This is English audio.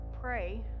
pray